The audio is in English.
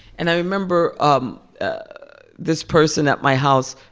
and i remember um ah this person at my house,